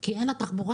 כי אין לה תחבורה.